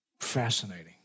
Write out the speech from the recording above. Fascinating